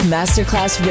Masterclass